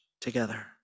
together